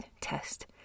test